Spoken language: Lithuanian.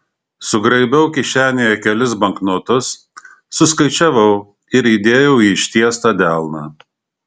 sugraibiau kišenėje kelis banknotus suskaičiavau ir įdėjau į ištiestą delną